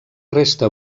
resta